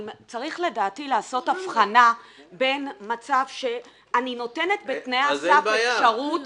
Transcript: צריך לדעתי לעשות הבחנה בין מצב שאני נותנת בתנאי הסף אפשרות